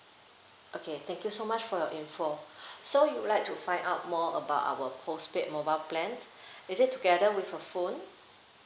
okay thank you so much for your info so you would like to find out more about our postpaid mobile plan is it together with a phone